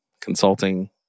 consulting